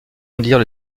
rendirent